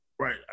Right